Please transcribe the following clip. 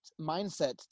mindset